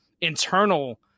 internal